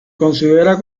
considera